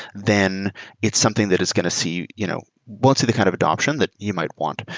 then it's something that is going to see you know won't see the kind of adaption that you might want.